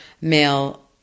male